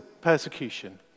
persecution